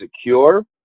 secure